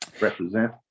Represent